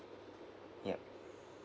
yup